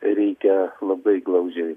reikia labai glaudžiai